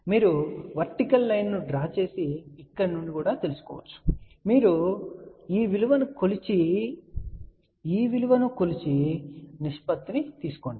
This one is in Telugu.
కాబట్టి మీరు వర్టికల్ లైన్ ను డ్రా చేసి ఇక్కడ నుండి తెలుసుకోవచ్చు లేదా మీరు ఈ విలువను కొలిచి ఈ విలువను కొలిచి నిష్పత్తిని తీసుకోండి